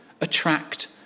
attract